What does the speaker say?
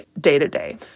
day-to-day